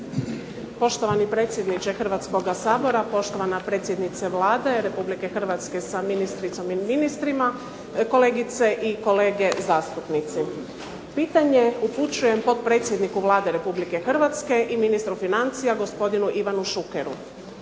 Poštovani predsjedniče Hrvatskoga sabora, poštovana predsjednice Vlade Republike Hrvatske sa ministricom i ministrima, kolegice i kolege zastupnici. Pitanje upućujem potpredsjedniku Vlade Republike Hrvatske i ministru financija gospodinu Ivanu Šukeru.